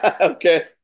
Okay